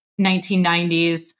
1990s